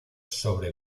sobre